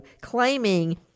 claiming